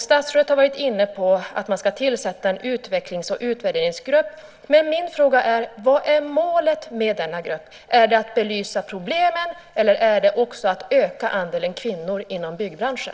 Statsrådet har varit inne på att man ska tillsätta en utvecklings och utvärderingsgrupp. Min fråga är: Vad är målet med denna grupp? Är det att belysa problemen eller är det att också öka andelen kvinnor inom byggbranschen?